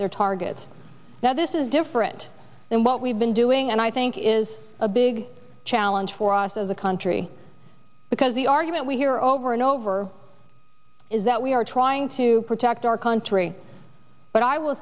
their targets now this is different than what we've been doing and i think is a big challenge for us as a country because the argument we hear over and over is that we are trying to protect our country but i will